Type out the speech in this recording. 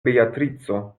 beatrico